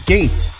Gate